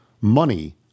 money